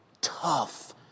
tough